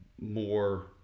more